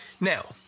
Now